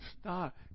stop